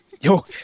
Yo